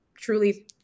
truly-